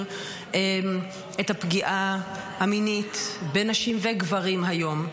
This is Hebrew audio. את הפגיעה המינית בנשים ובגברים היום.